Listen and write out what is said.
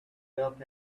built